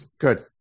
Good